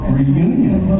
reunion